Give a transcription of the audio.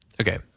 Okay